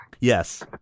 Yes